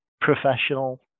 professional